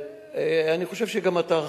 אני חושב שגם אתה,